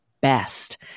best